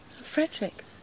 Frederick